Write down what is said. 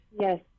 Yes